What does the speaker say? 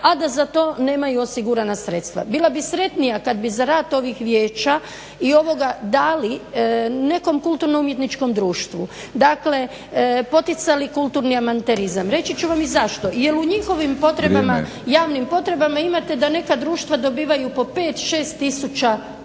a da za to nemaju osigurana sredstva. Bila bi sretnija kad bi za rad ovih vijeća i ovoga dali nekom kulturnom umjetničkom društvu, dakle poticali kulturni amaterizam, reći ću vam i zašto, jer u njihovim javnim potrebama imate da neka društva dobivaju po 5,6 tisuća